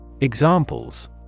Examples